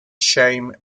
shame